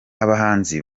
abahanzi